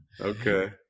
Okay